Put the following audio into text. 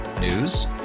News